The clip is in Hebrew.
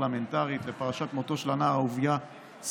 פרלמנטרית לפרשת מותו של הנער אהוביה סנדק,